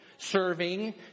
serving